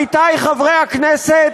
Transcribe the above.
עמיתי חברי הכנסת,